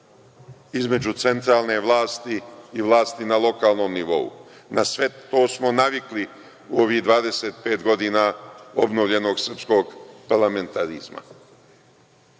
između centralne vlasti i vlasti na lokalnom nivou. Na sve to smo navikli ovih 25 godina obnovljenog srpskog parlamentarizma. Ima